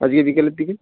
আজকে বিকালের দিকে